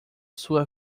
sua